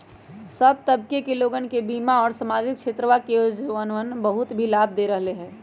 सब तबके के लोगन के बीमा और सामाजिक क्षेत्रवा के योजनावन बहुत ही लाभ दे रहले है